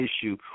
issue